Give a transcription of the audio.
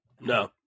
No